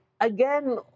Again